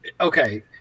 okay